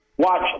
watch